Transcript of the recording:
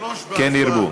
כן ירבו.